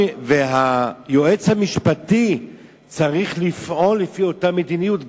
והיועץ המשפטי צריך לפעול לפי אותה מדיניות,